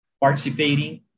participating